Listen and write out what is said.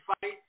fight